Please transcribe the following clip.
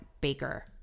Baker